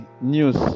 news